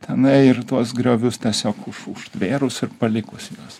tenai ir tuos griovius tiesiog už užtvėrus ir palikus juos